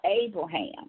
Abraham